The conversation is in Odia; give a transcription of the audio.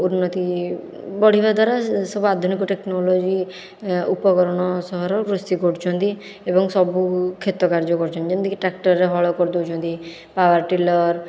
ଉନ୍ନତି ବଢ଼ିବା ଦ୍ୱାରା ସବୁ ଆଧୁନିକ ଟେକ୍ନୋଲୋଜି ଉପକରଣ ସହରରୁ ଆସି କରୁଛନ୍ତି ଏବଂ ସବୁ କ୍ଷେତ କାର୍ଯ୍ୟ କରୁଛନ୍ତି ଯେମିତିକି ଟ୍ରାକ୍ଟରରେ ହଳ କରିଦେଉଛନ୍ତି ପାୱାର ଟିଲର